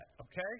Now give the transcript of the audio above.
okay